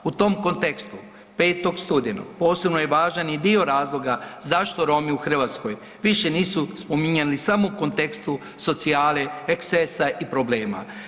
U tom kontekstu, 5. studenog posebno je važan i dio razloga zašto Romi u Hrvatskoj više nisu spominjani samo u kontekstu socijale, ekscesa i problema.